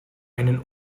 einen